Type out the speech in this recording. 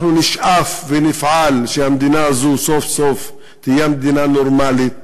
אנחנו נשאף ונפעל שהמדינה הזאת סוף-סוף תהיה מדינה נורמלית,